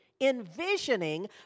envisioning